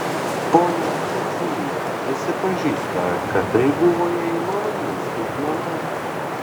ponia cecilija prisipažįsta kad tai buvo jai maloni staigmena